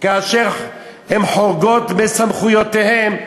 כאשר הן חורגות מסמכויותיהן.